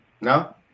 No